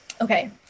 okay